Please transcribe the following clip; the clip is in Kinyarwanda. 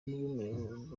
niwe